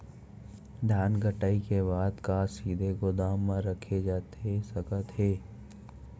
धान कटाई के बाद का सीधे गोदाम मा रखे जाथे सकत हे?